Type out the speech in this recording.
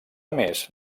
més